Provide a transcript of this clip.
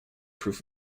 proof